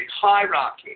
hierarchy